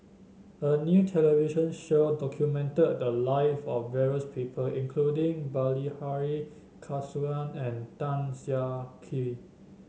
a new television show documented the live of various people including Bilahari Kausikan and Tan Siah Kwee